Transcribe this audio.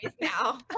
now